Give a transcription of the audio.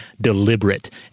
deliberate